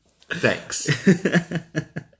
Thanks